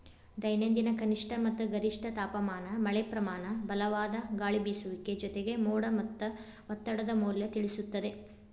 ದೈನಂದಿನ ಕನಿಷ್ಠ ಮತ್ತ ಗರಿಷ್ಠ ತಾಪಮಾನ ಮಳೆಪ್ರಮಾನ ಬಲವಾದ ಗಾಳಿಬೇಸುವಿಕೆ ಜೊತೆಗೆ ಮೋಡ ಮತ್ತ ಒತ್ತಡದ ಮೌಲ್ಯ ತಿಳಿಸುತ್ತದೆ